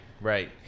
right